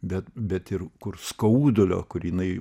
bet bet ir kur skaudulio kur jinai